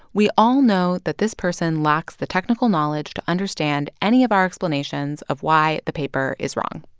we all know that this person lacks the technical knowledge to understand any of our explanations of why the paper is wrong.